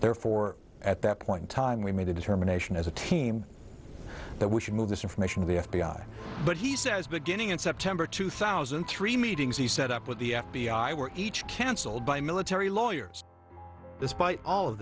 therefore at that point time we made a determination as a team that we should move this information to the f b i but he says beginning in september two thousand and three meetings he set up with the f b i were each cancelled by military lawyers despite all of